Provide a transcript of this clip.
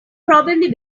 probably